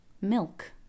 Milk